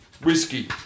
Whiskey